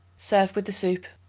serve with the soup.